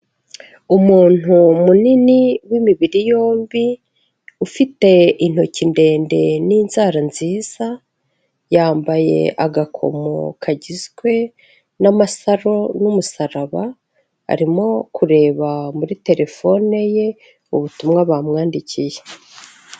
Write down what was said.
Umuntu munini w'imibiri yombi, ufite intoki ndende n'inzara nziza, yambaye agakomo kagizwe n'amasaro n'umusaraba, arimo kureba muri terefone ye ubutumwa bamwandikiye.